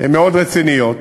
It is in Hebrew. מאוד רציניות,